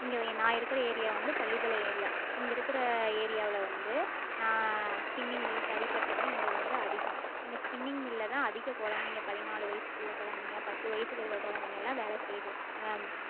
இங்கே நான் இருக்கிற ஏரியா வந்து பள்ளிப்பாளையம் ஏரியா இங்கே இருக்கிற ஏரியாவில் வந்து நான் ஸ்ஃபின்னிங் மில் தறி பட்டறைதான் இங்கே வந்து அதிகம் இங்கே ஸ்ஃபின்னிங் மில்லில்தான் அதிக குழந்தைங்க பதினாலு வயிதுக்குள்ள குழந்தைங்க பத்து வயிதுக்கு இருக்கிற குழந்தைங்கெல்லாம் வேலை செய்து